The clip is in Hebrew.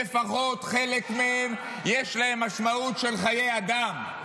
לפחות לחלק מהם יש משמעות של חיי אדם.